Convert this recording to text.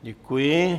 Děkuji.